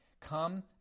come